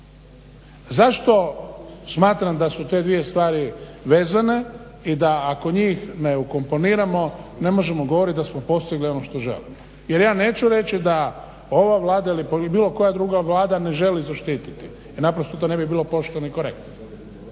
Zašto smatram da su te dvije stvari vezane i da ako njih ne ukomponiramo ne možemo govoriti da smo postigli ono što želimo. Jer ja neću reći da ova Vlada ili bilo koja druga Vlada ne želi zaštititi jer naprosto to ne bi bilo pošteno i korektno.